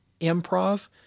improv